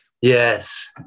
Yes